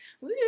woo